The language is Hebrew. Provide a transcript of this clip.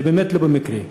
זה באמת לא במקרה.